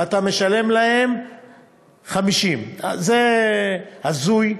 אתה משלם להם 50. זה הזוי,